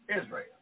Israel